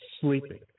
sleeping